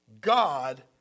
God